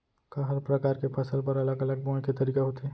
का हर प्रकार के फसल बर अलग अलग बोये के तरीका होथे?